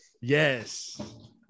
Yes